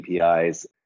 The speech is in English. APIs